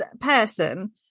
person